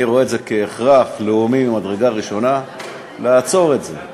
אני רואה את זה כהכרח לאומי ממדרגה ראשונה לעצור את זה.